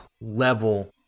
level